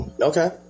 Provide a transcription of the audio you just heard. Okay